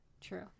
True